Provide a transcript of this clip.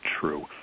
true